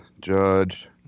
Judge